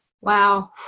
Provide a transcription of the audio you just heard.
wow